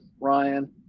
Ryan